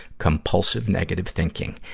compulsive negative thinking.